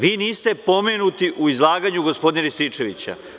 Vi niste pomenuti u izlaganju gospodina Rističevića.